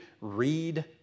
Read